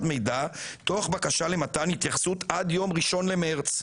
מידע תוך בקשה למתן התייחסות עד יום 1 למרץ.